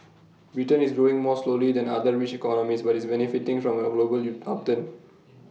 Britain is growing more slowly than other rich economies but is benefiting from A global upturn